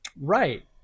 Right